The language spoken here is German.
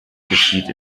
geschieht